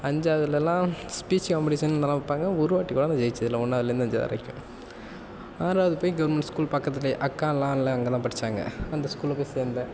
அஞ்சாவதிலலாம் speech competition இதெல்லாம் வைப்பாங்க ஒரு வாட்டி கூட ஜெயிச்சது இல்லை ஒன்றாவதுலேந்து அஞ்சாவது வரைக்கும் ஆறாவது போய் கவர்மெண்ட் ஸ்கூல் பக்கத்திலே அக்காலாம் எல்லாம் அங்கே தான் படிச்சாங்க அந்த ஸ்கூல்ல போய் சேர்ந்தேன்